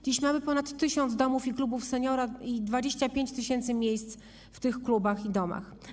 Dziś mamy ponad 1 tys. domów i klubów seniora i 25 tys. miejsc w tych klubach i domach.